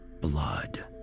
Blood